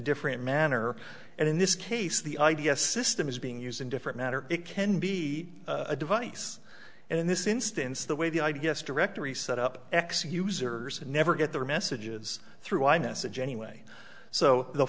different manner and in this case the idea system is being used in different matter it can be a device and in this instance the way the i d s directory set up x users never get their messages through i message anyway so the